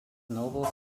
nobles